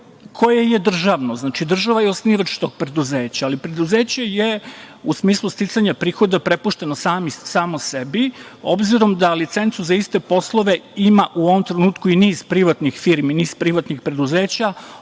koje je državno. Znači, država je osnivač tog preduzeća, ali preduzeće je u smislu sticanja prihoda prepušteno samo sebi, obzirom da licencu za iste poslove ima u ovom trenutku i niz privatnih firmi, niz privatnih preduzeća.